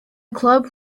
club